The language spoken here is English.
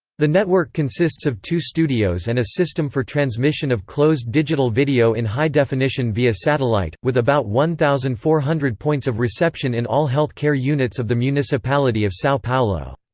the network consists of two studios and a system for transmission of closed digital video in high definition via satellite, with about one thousand four hundred points of reception in all health care units of the municipality of sao paulo.